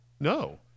No